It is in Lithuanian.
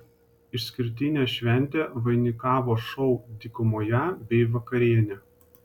išskirtinę šventę vainikavo šou dykumoje bei vakarienė